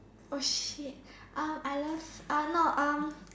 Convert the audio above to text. oh shit um I love uh no um